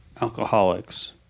alcoholics